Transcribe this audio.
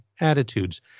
attitudes